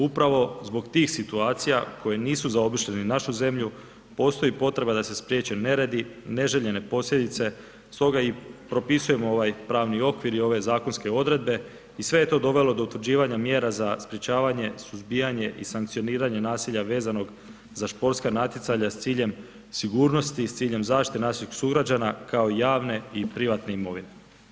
Upravo zbog tih situacija koje nisu zaobišle ni našu zemlju, postoji potreba da se spriječe neredi, neželjene posljedice, stoga i propisujemo ovaj pravni okvir i ove zakonske odredbe i sve je to dovelo do utvrđivanja mjera za sprečavanje, suzbijanje i sankcioniranje nasilja vezanog za sportska natjecanja s ciljem sigurnosti, s ciljem zaštite naših sugrađana kao i javne i privatne imovine.